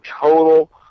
total